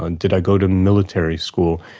and did i go to military school,